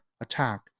attack